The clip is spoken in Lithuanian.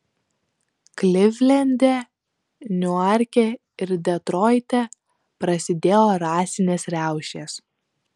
klivlende niuarke ir detroite prasidėjo rasinės riaušės